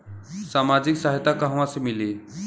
सामाजिक सहायता कहवा से मिली?